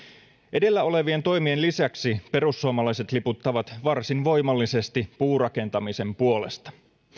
edellä olevien toimien lisäksi perussuomalaiset liputtavat varsin voimallisesti puurakentamisen puolesta